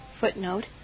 footnote